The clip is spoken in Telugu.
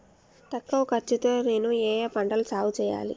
తక్కువ ఖర్చు తో నేను ఏ ఏ పంటలు సాగుచేయాలి?